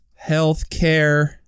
Healthcare